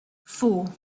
four